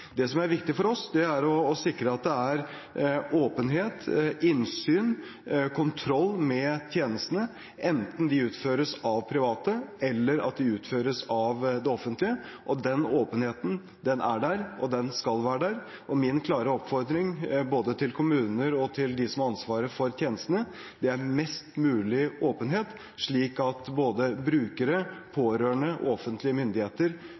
er åpenhet, innsyn og kontroll med tjenestene, enten de utføres av private eller av det offentlige. Den åpenheten er der, og den skal være der. Min klare oppfordring, både til kommuner og til dem som har ansvaret for tjenestene, er mest mulig åpenhet, slik at både brukere, pårørende og offentlige myndigheter